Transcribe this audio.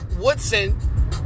Woodson